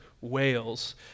Wales